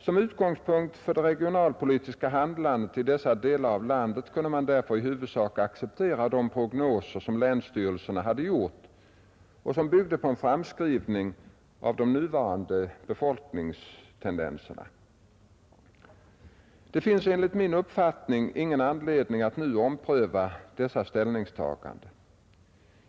Som utgångspunkt för det regionalpolitiska handlandet i dessa delar av landet kunde man därför i huvudsak acceptera de prognoser som länsstyrelserna hade gjort och som byggde på en framskrivning av de nuvarande utvecklingstendenserna. Det finns enligt min uppfattning inte anledning att nu ompröva dessa ställningstaganden.